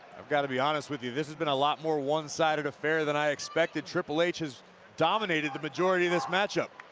i've gotta be honest with you this has been a lot more one sided affair than i expected triple h has dominated the majority of this matchup.